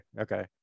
okay